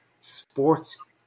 sports